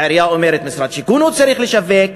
העירייה אומרת שמשרד השיכון צריך לשווק.